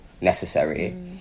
necessary